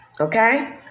Okay